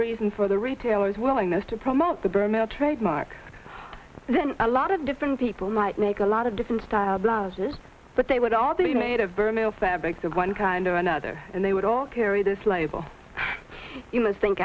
reason for the retailers willingness to promote the burmah trademark then a lot of different people might make a lot of different style blouses but they would all be made of burn fabrics of one kind or another and they would all carry this label you must think